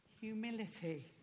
humility